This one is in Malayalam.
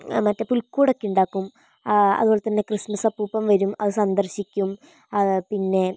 ആ മറ്റെ പുൽക്കൂടൊക്കെ ഉണ്ടാക്കും അതുപോലത്തന്നെ ക്രിസ്മസ് അപ്പൂപ്പൻ വരും അത് സന്ദർശിക്കും പിന്നെ